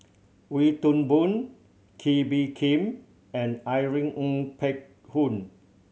Wee Toon Boon Kee Bee Khim and Irene Ng Phek Hoong